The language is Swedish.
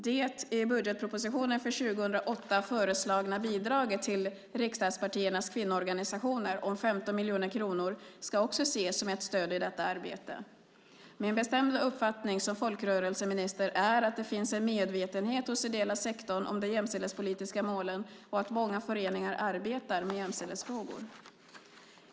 Det i budgetpropositionen för 2008 föreslagna bidraget till riksdagspartiernas kvinnoorganisationer om 15 miljoner kronor ska också ses som ett stöd i detta arbete. Min bestämda uppfattning som folkrörelseminister är att det finns en medvetenhet hos ideella sektorn om de jämställdhetspolitiska målen och att många föreningar arbetar med jämställdhetsfrågor.